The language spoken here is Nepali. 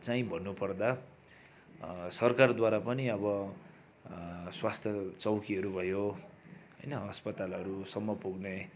चाहिँ भन्नुपर्दा सरकारद्वारा पनि अब स्वास्थ्य चौकीहरू भयो होइन अस्पतालसम्म पुग्ने